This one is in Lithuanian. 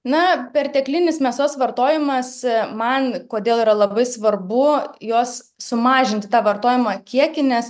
na perteklinis mėsos vartojimas man kodėl yra labai svarbu jos sumažinti tą vartojamą kiekį nes